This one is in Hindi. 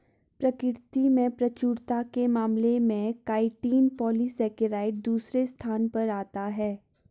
प्रकृति में प्रचुरता के मामले में काइटिन पॉलीसेकेराइड दूसरे स्थान पर आता है